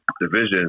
division